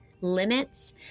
limits